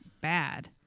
bad